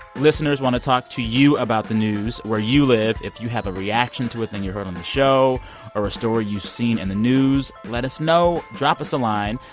listeners, want to talk to you about the news where you live. if you have a reaction to a thing you heard on the show or a story you've seen in the news, let us know. drop us a line.